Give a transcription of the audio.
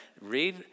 read